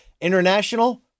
international